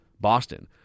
Boston